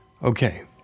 Okay